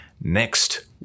next